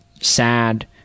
sad